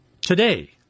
today